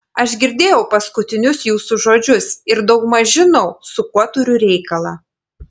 aš girdėjau paskutinius jūsų žodžius ir daugmaž žinau su kuo turiu reikalą